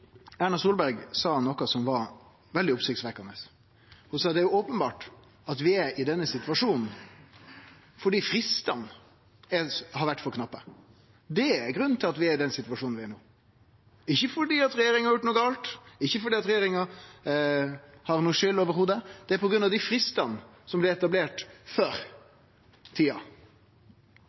Erna Solberg sa noko som var veldig oppsiktsvekkjande. Ho sa at det er openbert at vi er i denne situasjonen fordi fristane har vore for knappe. Det er altså grunnen til at vi er i den situasjonen vi er i no – ikkje fordi regjeringa har gjort noko gale, ikkje fordi regjeringa i det heile har noka skyld; det er på grunn av dei fristane som blei etablerte før tida.